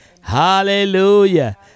Hallelujah